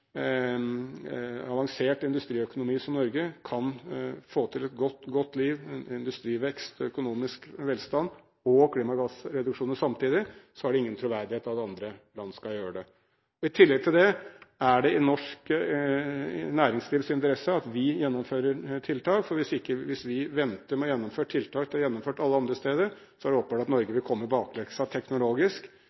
avansert industriøkonomi som Norge kan få til et godt liv, industrivekst, økonomisk velstand og klimagassreduksjoner samtidig, har det ingen troverdighet at andre land skal gjøre det. I tillegg er det i norsk næringslivs interesse at vi gjennomfører tiltak. Hvis vi venter med å gjennomføre tiltak som er gjennomført alle andre steder, er det åpenbart at Norge vil komme i bakleksa teknologisk.